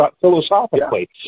philosophically